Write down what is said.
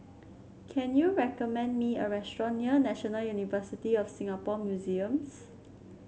can you recommend me a restaurant near National University of Singapore Museums